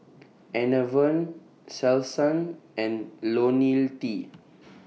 Enervon Selsun and Lonil T